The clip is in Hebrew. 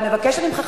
ואני מבקשת ממך,